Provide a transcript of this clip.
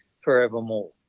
forevermore